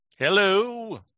Hello